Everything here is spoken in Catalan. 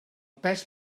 pes